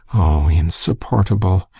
o, insupportable!